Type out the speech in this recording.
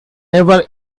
never